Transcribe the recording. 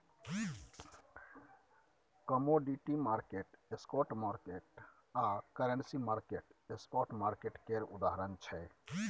commodity market, stock market आ currency market spot market केर उदाहरण छै